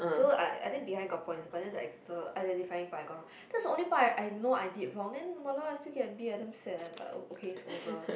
so I I think behind got points but then the ex~ identifying part I got wrong that's the only part that I I know I did wrong then !walao! I still get B I damn sad eh but oh okay it's over